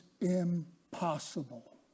impossible